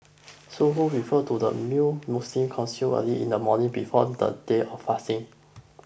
Suhoor refers to the meal Muslims consume early in the morning before the day of fasting